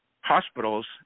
hospitals